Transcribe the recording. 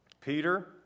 Peter